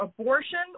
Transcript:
abortion